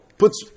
puts